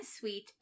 sweet